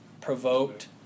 provoked